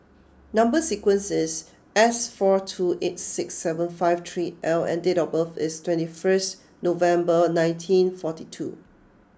number sequence is S four two eight six seven five three L and date of birth is twenty first November nineteen forty two